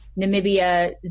Namibia